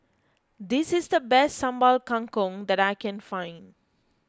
this is the best Sambal Kangkong that I can find